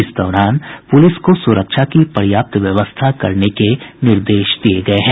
इस दौरान पुलिस को सुरक्षा की पर्याप्त व्यवस्था करने के निर्देश दिये गये हैं